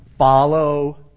Follow